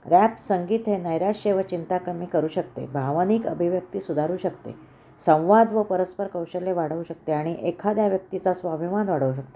rap संगीत हे नैराश्य व चिंता कमी करू शकते भावनिक अभिव्यक्ती सुधारू शकते संवाद व परस्पर कौशल्य वाढवू शकते आणि एखाद्या व्यक्तीचा स्वाभिमान वाढवू शकते